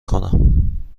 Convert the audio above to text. کنم